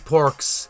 Porks